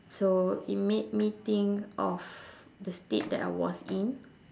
so it made me think of the state that I was in